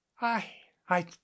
i-i